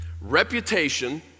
Reputation